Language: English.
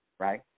right